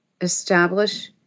establish